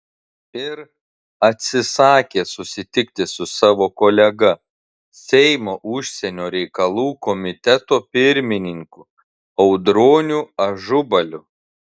ir atsisakė susitikti su savo kolega seimo užsienio reikalų komiteto pirmininku audroniu ažubaliu